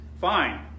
fine